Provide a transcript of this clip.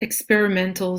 experimental